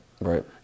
Right